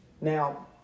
Now